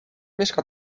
mieszka